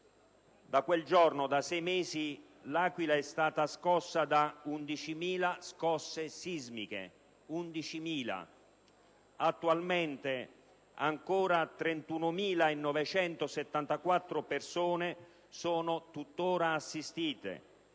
Da quel giorno, da sei mesi, L'Aquila è stata colpita da 11.000 scosse sismiche; 31.974 persone sono tuttora assistite,